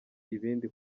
ibindi